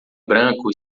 branco